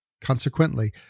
consequently